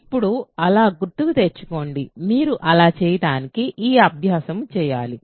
ఇప్పుడు అలా గుర్తుకు తెచ్చుకోండి మీరు అలాచేయడానికి ఈ అభ్యాసము చేయాలి